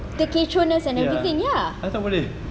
the kecohness and everything ya